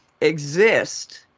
exist